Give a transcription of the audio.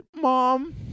mom